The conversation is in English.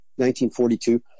1942